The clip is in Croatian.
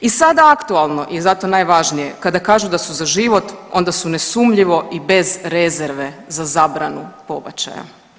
I sada aktualno i zato ne važnije kada kažu da su za život, onda su nesumnjivo i bez rezerve za zabranu pobačaja.